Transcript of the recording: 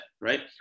right